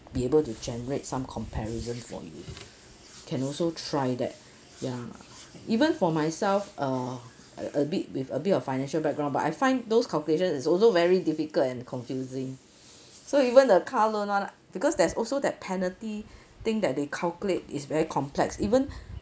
be able to generate some comparison for you can also try that ya even for myself uh a a bit with a bit of financial background but I find those calculation is also very difficult and confusing so even the car loan one because there's also that penalty thing that they calculate is very complex even